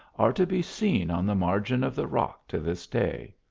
are to be seen on the margin of the rock to this day.